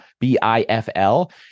B-I-F-L